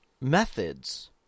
methods